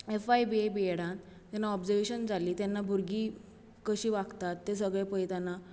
FY BA बीएडान जेन्ना observation जाल्ली तेन्ना भुरगीं कशीं वागतात तें सगळें पळयतना